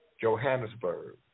Johannesburg